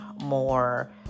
more